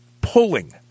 pulling